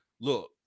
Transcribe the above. look